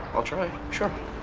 i'll try. sure.